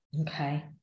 Okay